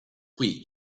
qui